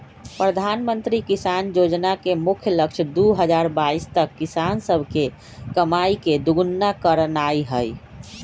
प्रधानमंत्री किसान जोजना के मुख्य लक्ष्य दू हजार बाइस तक किसान सभके कमाइ के दुगुन्ना करनाइ हइ